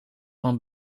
van